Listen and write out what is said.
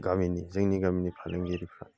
जोंनि गामिनि फालांगिरिफ्रा